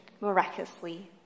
miraculously